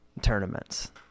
tournaments